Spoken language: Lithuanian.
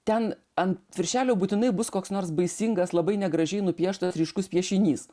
ten ant viršelio būtinai bus koks nors baisingas labai negražiai nupieštas ryškus piešinys